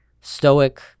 stoic